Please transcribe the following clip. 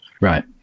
Right